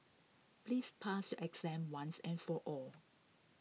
please pass your exam once and for all